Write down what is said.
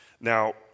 Now